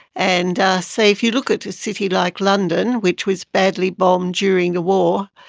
and say if you look at a city like london, which was badly bombed during the war,